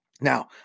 Now